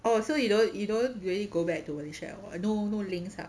oh so you don't you don't really go back to malaysia at all no no links ah